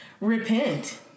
repent